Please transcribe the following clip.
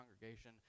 congregation